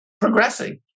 progressing